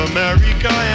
America